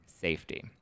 safety